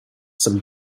some